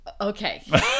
Okay